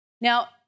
Now